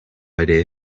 idea